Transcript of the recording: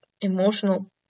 Emotional